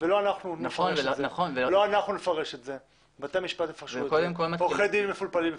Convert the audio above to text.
ולא אנחנו אלה שנפרש אותה אלא בתי המשפט ועורכי הדין מפולפלים.